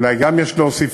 אולי יש להוסיפה,